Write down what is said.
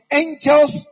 angels